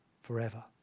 forever